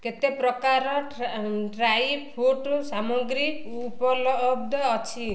କେତେ ପ୍ରକାର dry fruit ସାମଗ୍ରୀ ଉପଲବ୍ଧ ଅଛି